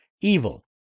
evil